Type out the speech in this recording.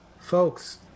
folks